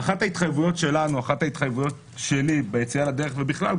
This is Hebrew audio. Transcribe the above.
ואחת ההתחייבויות שלי ביציאה לדרך ובכלל,